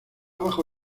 bajo